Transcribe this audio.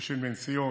ביקושים לנסיעות,